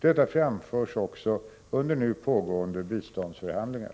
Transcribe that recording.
Detta framförs också under nu pågående biståndsförhandlingar.